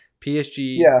PSG